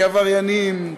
כעבריינים,